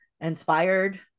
inspired